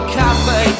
cafe